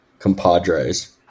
compadres